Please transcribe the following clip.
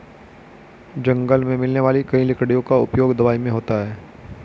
जंगल मे मिलने वाली कई लकड़ियों का उपयोग दवाई मे होता है